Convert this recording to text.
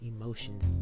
emotions